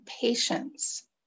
patience